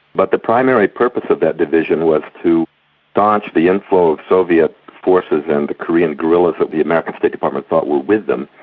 but the primary purpose of that division was to staunch the inflow of soviet forces and the korean guerrillas that the american state department thought were with them.